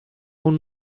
اون